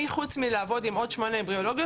ואני חוץ מלעבוד עם עוד שמונה אמבריולוגיות